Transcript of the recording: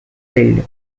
field